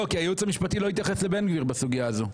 הייעוץ המשפטי בכלל לא התייחס לבן גביר בסוגייה הזאת.